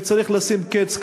וצריך לשים קץ,